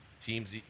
teams